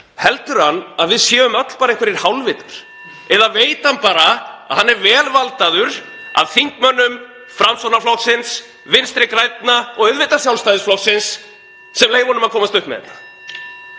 Heldur hann að við séum öll bara einhverjir hálfvitar? Eða veit hann bara að hann er vel valdaður af þingmönnum Framsóknarflokksins, Vinstri grænna og auðvitað Sjálfstæðisflokksins, sem leyfa honum að komast upp með þetta?